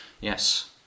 yes